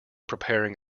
preparing